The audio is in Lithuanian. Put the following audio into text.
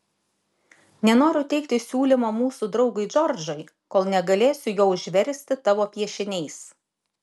nenoriu teikti siūlymo mūsų draugui džordžui kol negalėsiu jo užversti tavo piešiniais